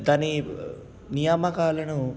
దాని నియామకాలను